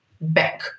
back